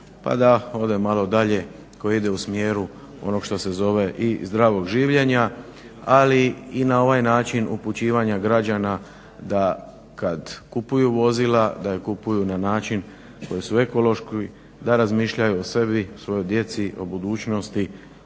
pa da odem malo dalje tko ide u smjeru onog što se zove i zdravog življenja ali i na ovaj način upućivanja građana da kad kupuju vozila da kupuju na način koji su ekološki, da razmišljaju o sebi, o svojoj djeci, o budućnosti